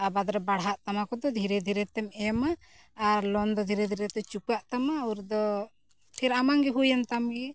ᱟᱵᱟᱫ ᱨᱮ ᱵᱟᱲᱦᱟᱜ ᱛᱟᱢᱟ ᱠᱚᱛᱚ ᱫᱷᱤᱨᱮ ᱫᱷᱤᱨᱮᱛᱮᱢ ᱮᱢᱟ ᱟᱨ ᱞᱳᱱ ᱫᱚ ᱫᱷᱤᱨᱮ ᱫᱷᱤᱨᱮᱛᱮ ᱪᱩᱠᱟᱹᱜ ᱛᱟᱢᱟ ᱩᱨ ᱫᱚ ᱯᱷᱮᱨ ᱟᱢᱟᱝᱜᱮ ᱦᱩᱭᱮᱱ ᱛᱟᱢᱜᱮ